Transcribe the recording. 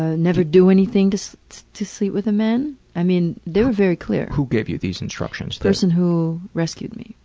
ah never do anything to so to sleep with a man. i mean, they were very clear. who gave you these instructions? the person who rescued me.